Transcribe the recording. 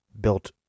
built